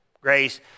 grace